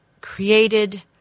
created